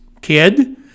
kid